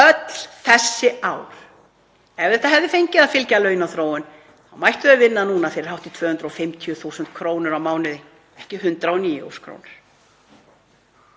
öll þessi ár. Ef þetta hefði fengið að fylgja launaþróun mættu þau vinna núna fyrir hátt í 250.000 kr. á mánuði, ekki 109.000 kr.